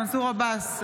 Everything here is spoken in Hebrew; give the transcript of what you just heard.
אינו נוכח מנסור עבאס,